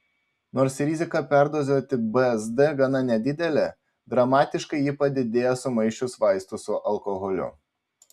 nors rizika perdozuoti bzd gana nedidelė dramatiškai ji padidėja sumaišius vaistus su alkoholiu